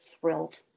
thrilled